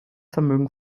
vermögen